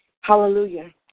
Hallelujah